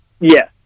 Yes